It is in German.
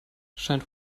scheint